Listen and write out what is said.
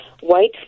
white